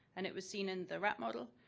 and it was seen in the rat model,